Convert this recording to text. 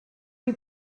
you